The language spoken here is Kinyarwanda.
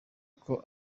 uko